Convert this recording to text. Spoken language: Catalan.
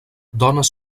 dones